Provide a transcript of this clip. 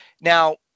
Now